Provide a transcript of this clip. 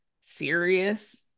serious